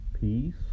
peace